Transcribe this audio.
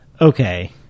Okay